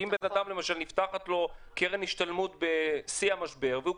כי אם למשל לאדם נפתחת קרן השתלמות בשיא המשבר והוא